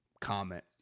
comment